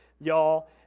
y'all